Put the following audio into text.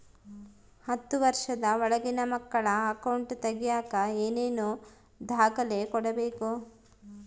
ಹತ್ತುವಷ೯ದ ಒಳಗಿನ ಮಕ್ಕಳ ಅಕೌಂಟ್ ತಗಿಯಾಕ ಏನೇನು ದಾಖಲೆ ಕೊಡಬೇಕು?